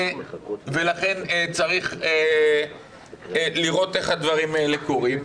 ולכן צריך לראות איך הדברים האלה קורים.